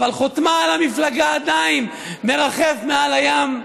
אבל חותמה על המפלגה עדיין מרחף מעל הים,